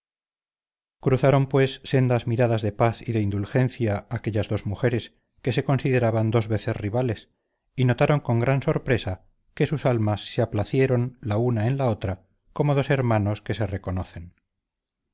cruzaron pues sendas miradas de paz y de indulgencia aquellas dos mujeres que se consideraban dos veces rivales y notaron con gran sorpresa que sus almas se aplacieron la una en la otra como dos hermanas que se reconocen